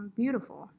beautiful